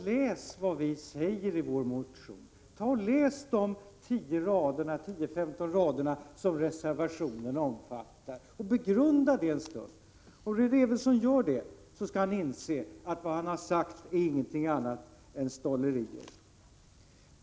Läs vad vi skriver i vår motion och läs de 10-15 raderna i reservation 3 samt begrunda detta en stund. Om Rune Evensson gör det skall han inse att det han har sagt är ingenting annat än ”stollerier”.